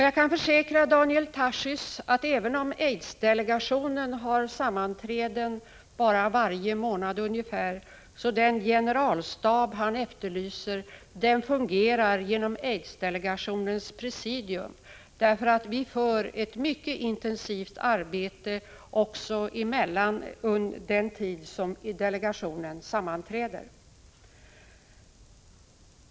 Jag kan försäkra Daniel Tarschys att även om aidsdelegationen har sammanträtt bara ungefär en gång i månaden fungerar den generalstab han efterlyser genom aidsdelegationens presidium; vi bedriver ett mycket intensivt arbete också mellan delegationens sammanträden.